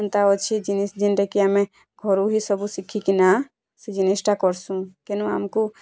ଏନ୍ତା ଅଛି ଜିନିଷ୍ ଯେନ୍ତା କି ଆମେ ଘରୁ ହିଁ ସବୁ ଶିକ୍ଷିକିନା ସେ ଜିନିଷ୍ଟା କରୁସୁଁ କେନୁ ଆମକୁ